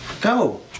Go